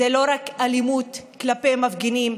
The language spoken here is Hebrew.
זו לא רק אלימות כלפי מפגינים,